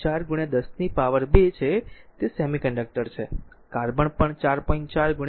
4 10 ની પાવર 2 છે તે સેમિકન્ડક્ટર છે કાર્બન પણ 4